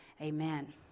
amen